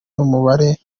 n’umubare